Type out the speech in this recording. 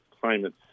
climate